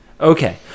Okay